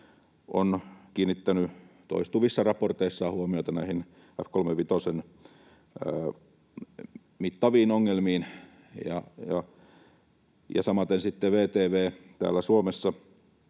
on kiinnittänyt toistuvissa raporteissaan huomiota näihin F-35:n mittaviin ongelmiin, ja samaten sitten VTV täällä Suomessa,